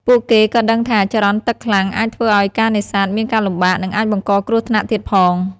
ពួកគេក៏ដឹងថា ចរន្តទឹកខ្លាំងអាចធ្វើឱ្យការនេសាទមានការលំបាក និងអាចបង្កគ្រោះថ្នាក់ទៀតផង។